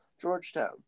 Georgetown